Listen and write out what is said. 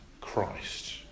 Christ